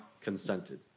consented